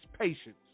patience